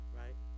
right